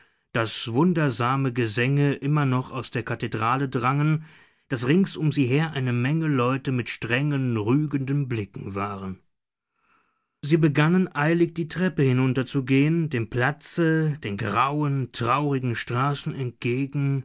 daß wundersame gesänge immer noch aus der kathedrale drangen daß rings um sie her eine menge leute mit strengen rügenden blicken waren sie begannen eilig die treppen hinunterzugehen dem platze den grauen traurigen straßen entgegen